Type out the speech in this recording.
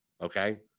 Okay